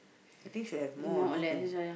I think should have more you know can